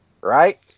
Right